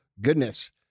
goodness